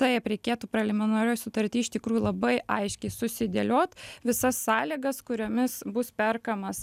taip reikėtų prelimilinarioj sutarty iš tikrųjų labai aiškiai susidėliot visas sąlygas kuriomis bus perkamas